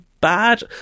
bad